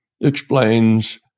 explains